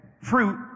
Fruit